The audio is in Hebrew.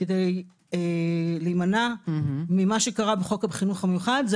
כדי להימנע ממה שקרה בחוק החינוך המיוחד.